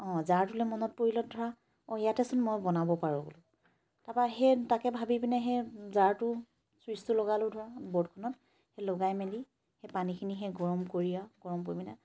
অঁ জাৰটোলৈ মনত পৰিলত ধৰা অঁ ইয়াতেচোন মই বনাব পাৰোঁ তাৰপৰা সেই তাকে ভাবি পিনে সেই জাৰটো ছুইটচটো লগালো ধৰা বৰ্ডখনত সেই লগাই মেলি সেই পানীখিনি সেই গৰম কৰি আৰু গৰম কৰি মানে